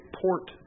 port